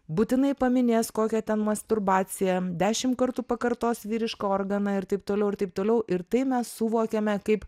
būtinai paminės kokią ten masturbaciją dešim kartų pakartos vyrišką organą ir taip toliau ir taip toliau ir tai mes suvokiame kaip